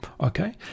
okay